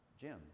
Jim